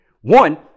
One